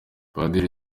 padiri